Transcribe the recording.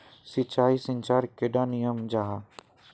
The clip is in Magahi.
सिंचाई सिंचाईर कैडा नियम जाहा?